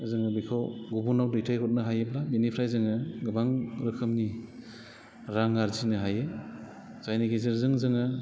जोङो बेखौ गुबुनाव दैथाय हरनो हायोब्ला बेनिफ्राय जोङो गोबां रोखोमनि रां आरजिनो हायो जायनि गेजेरजों जोङो